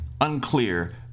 unclear